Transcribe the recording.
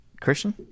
Christian